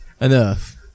Enough